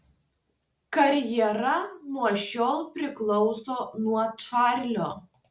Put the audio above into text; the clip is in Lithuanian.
karjera nuo šiol priklauso nuo čarlio